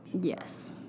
Yes